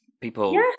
people